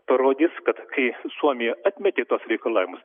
parodys kad kai suomija atmetė tuos reikalavimus